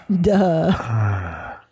Duh